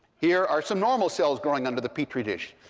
here are some normal cells growing under the petri dish.